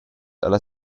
alla